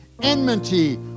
enmity